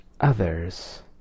others